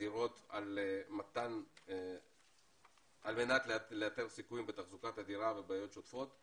בדירות על-מנת לאתר ליקויים בתחזוקת הדירה ובעיות שוטפות.